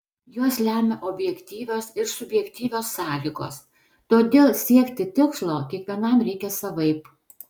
juos lemia objektyvios ir subjektyvios sąlygos todėl siekti tikslo kiekvienam reikia savaip